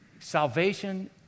Salvation